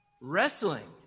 wrestling